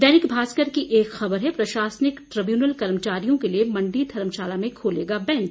दैनिक भास्कर की एक ख़बर है प्रशासनिक ट्रिब्यूनल कर्मचारियों के लिए मंडी धर्मशाला में खोलेगा बैंच